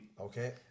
Okay